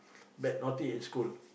bad naughty in school